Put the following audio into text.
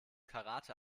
karate